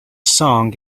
song